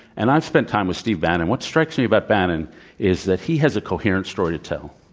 and i've spent time with steve bannon. what strikes me about bannon is that he has a coherent story to tell.